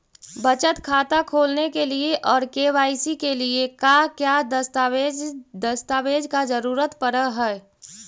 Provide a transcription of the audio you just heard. बचत खाता खोलने के लिए और के.वाई.सी के लिए का क्या दस्तावेज़ दस्तावेज़ का जरूरत पड़ हैं?